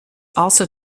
also